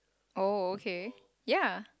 oh okay yeah